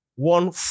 One